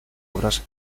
obras